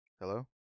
Hello